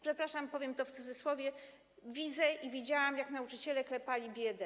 Przepraszam, powiem to w cudzysłowie, widzę, widziałam, jak nauczyciele klepali biedę.